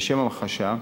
לשם המחשה,